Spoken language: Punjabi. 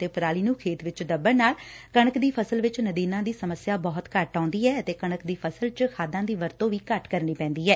ਅਤੇ ਪਰਾਲੀ ਨੂੰ ਖੇਤ ਵਿਚ ਦੱਬਣ ਨਾਲ ਕਣਕ ਦੀ ਫਸਲ ਵਿਚ ਨਦੀਨਾਂ ਦੀ ਸਮੱਸਿਆ ਬਹੁਤ ਘੱਟ ਆਉਂਦੀ ਐ ਅਤੇ ਕਣਕ ਦੀ ਫਸਲ ਚ ਖਾਦਾਂ ਦੀ ਵਰਤੋ ਵੀ ਘੱਟ ਕਰਨੀ ਪੈਂਦੀ ਐ